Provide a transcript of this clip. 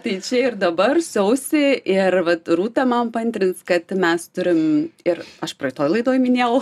tai čia ir dabar sausį ir vat rūta man paantrins kad mes turim ir aš praeitoj laidoj minėjau